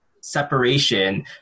separation